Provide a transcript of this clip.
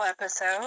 episode